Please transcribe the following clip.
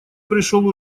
пришел